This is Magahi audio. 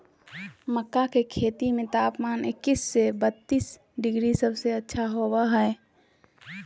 मक्का के खेती में तापमान इक्कीस से बत्तीस डिग्री सबसे अच्छा होबो हइ